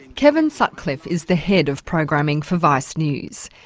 kevin sutcliffe is the head of programming for vice news.